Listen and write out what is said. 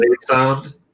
sound